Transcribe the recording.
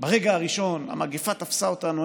ברגע הראשון המגפה תפסה אותנו,